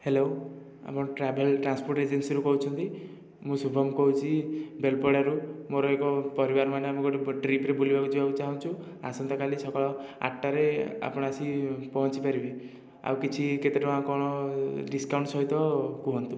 hello ଆପଣ travel transport ଏଜେନ୍ସିରୁ କହୁଛନ୍ତି ମୁଁ ଶୁଭମ କହୁଛି ବେଲପଡ଼ାରୁ ମୋର ଏକ ପରିବାର ମାନେ ଆମେ ଗୋଟିଏ ଟ୍ରିପରେ ବୁଲିବାକୁ ଯିବାକୁ ଚାହୁଁଛୁ ଆସନ୍ତା କାଲି ସକାଳ ଆଠଟାରେ ଆପଣ ଆସି ପହଁଞ୍ଚିପାରିବେ ଆଉ କିଛି କେତେ ଟଙ୍କା କ'ଣ ଡିସକାଉଣ୍ଟ ସହିତ କୁହନ୍ତୁ